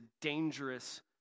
dangerous